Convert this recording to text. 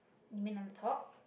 you mean on the top